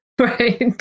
Right